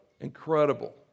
incredible